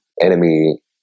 enemy